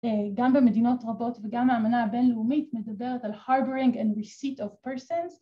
‫גם במדינות רבות וגם האמנה הבינלאומית, ‫מדברת על ‫הריבות וההתקדמות של אנשים.